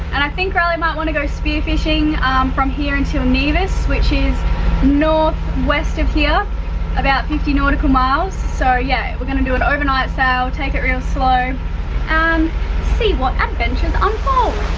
and i think riley might want to go spear fishing from here until nevis, which is north west of here about fifty nautical miles, so yeah, we're gonna do an over night sail, so take it real slow and see what adventures unfold.